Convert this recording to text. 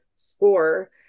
score